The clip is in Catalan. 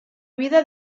vida